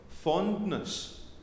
Fondness